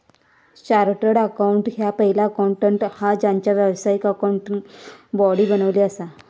chartered accountant ह्या पहिला accountant हा ज्यांना व्यावसायिक अकाउंटिंग बॉडी बनवली असा